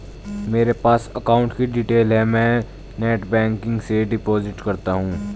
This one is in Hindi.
मेरे पास अकाउंट की डिटेल है मैं नेटबैंकिंग से डिपॉजिट करता हूं